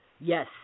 Yes